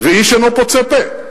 ואיש אינו פוצה פה.